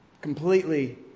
Completely